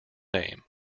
name